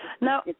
Now